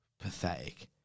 pathetic